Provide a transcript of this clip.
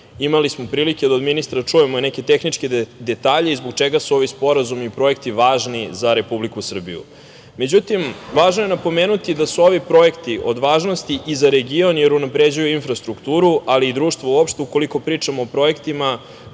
Imali smo prilike da od ministra čujemo i neke tehničke detalje i zbog čega su ovi sporazumi i projekti važni za Republiku Srbiju.Međutim, važno je napomenuti da su ovi projekti od važnosti i za region, jer unapređuju infrastrukturu, ali i društvo uopšte, ukoliko pričamo o projektima